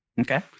Okay